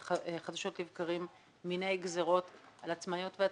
שחדשות לבקרים מביא מיני גזרות על עצמאיות ועצמאים,